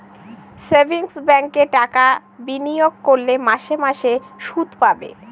savings ব্যাঙ্কে টাকা বিনিয়োগ করলে মাসে মাসে শুদ পাবে